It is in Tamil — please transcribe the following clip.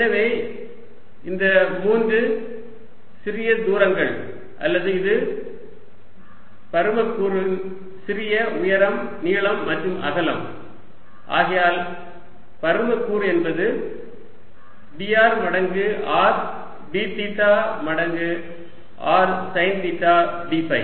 எனவே இந்த மூன்று சிறிய தூரங்கள் அல்லது இது பருமக்கூறுன் சிறிய உயரம் நீளம் மற்றும் அகலம் ஆகையால் பருமக்கூறு என்பது dr மடங்கு r d தீட்டா மடங்கு r sine theta d five